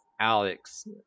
Alex